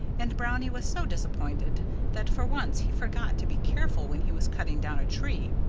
and brownie was so disappointed that for once he forgot to be careful when he was cutting down a tree.